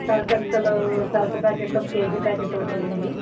Surf Excel Surf packet ఒక KG packet ఒకటి ఇవ్వండి